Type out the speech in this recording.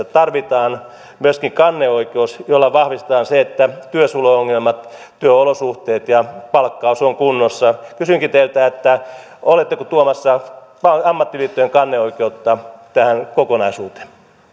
tarvitaan myöskin kanneoikeus jolla vahvistetaan se että työsuojeluasiat työolosuhteet ja palkkaus ovat kunnossa kysynkin teiltä oletteko tuomassa ammattiliittojen kanneoikeutta tähän kokonaisuuteen